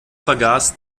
vergaß